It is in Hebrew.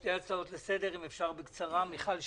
שתי הצעות לסדר, אם אפשר בקצרה, מיכל שיר.